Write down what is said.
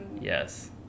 Yes